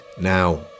Now